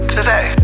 Today